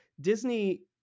Disney